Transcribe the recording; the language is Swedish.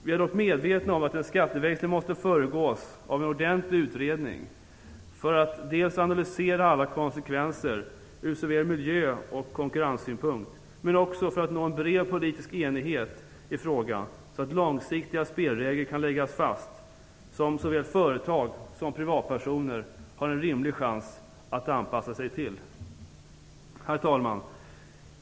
Vi är dock medvetna om att en skatteväxling måste föregås av en ordentlig utredning för att analysera alla konsekvenser ur både miljö och konkurrenssynpunkt, men också för att nå en bred politisk enighet i frågan så att långsiktiga spelregler kan läggas fast som såväl företag som privatpersoner har en rimlig chans att anpassa sig till. Herr talman!